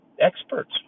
experts